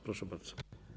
Proszę bardzo.